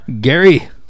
Gary